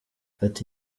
ati